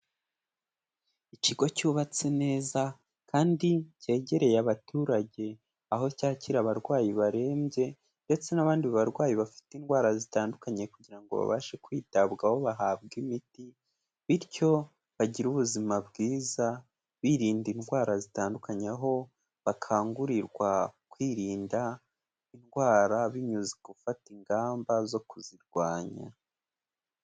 Ikigo cyubatse neza kandi cyegereye abaturage, aho cyakira abarwayi barembye ndetse n'abandi barwayi bafite indwara zitandukanye kugira ngo babashe kwitabwaho bahabwa imiti, bityo bagire ubuzima bwiza, birinda indwara zitandukanye aho bakangurirwa kwirinda indwara binyuze gufata ingamba zo kuzirwanya.